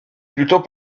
plutôt